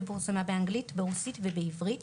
האיגרת פורסמה באנגלית, ברוסית ובעברית.